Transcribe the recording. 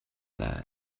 that